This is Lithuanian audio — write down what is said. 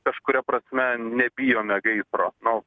kažkuria prasme nebijome gaisro nu